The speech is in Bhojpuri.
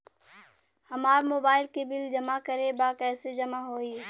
हमार मोबाइल के बिल जमा करे बा कैसे जमा होई?